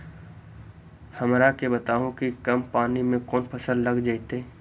हमरा के बताहु कि कम पानी में कौन फसल लग जैतइ?